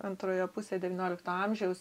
antrąją pusę devyniolikto amžiaus